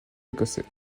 écossais